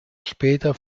später